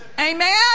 Amen